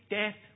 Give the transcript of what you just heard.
death